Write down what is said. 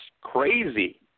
crazy